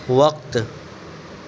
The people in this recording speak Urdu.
وقت